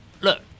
Look